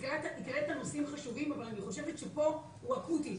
הקראת נושאים חשובים אבל אני חושבת שפה זה משהו אקוטי.